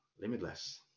limitless